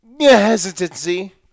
hesitancy